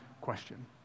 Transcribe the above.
question